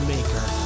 Maker